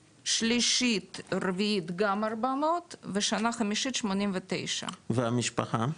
שלישית-רביעית, גם 400 ושנה חמישית 89. והמשפחה?